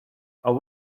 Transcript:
are